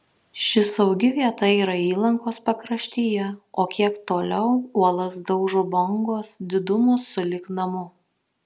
ši saugi vieta yra įlankos pakraštyje o kiek toliau uolas daužo bangos didumo sulig namu